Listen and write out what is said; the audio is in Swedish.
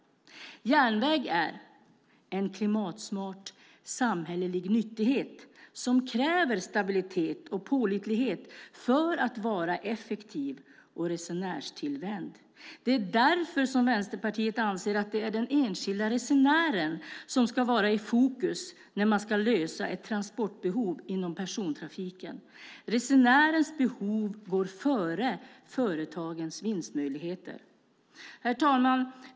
Järnväg är en klimatsmart samhällelig nyttighet som kräver stabilitet och pålitlighet för att vara effektiv och resenärstillvänd. Det är därför som Vänsterpartiet anser att det är den enskilda resenären som ska vara i fokus när man ska lösa ett transportbehov inom persontrafiken. Resenärens behov går före företagens vinstmöjligheter. Herr talman!